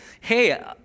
hey